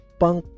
punk